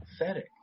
pathetic